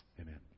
Amen